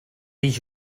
vist